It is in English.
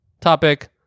topic